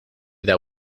that